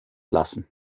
lassen